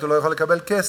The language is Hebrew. אחרת הוא לא יכול לקבל כסף.